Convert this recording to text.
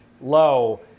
low